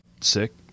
sick